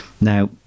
Now